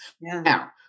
Now